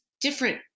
different